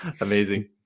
Amazing